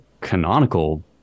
canonical